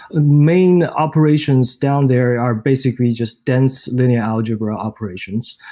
main operations down there are basically just dense linear algebra operations,